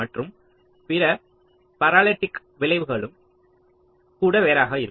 மற்றும் பிற பார்ஸிட்டிக்ஸ் விளைவுகளும் கூட வேறாக இருக்கும்